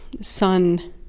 sun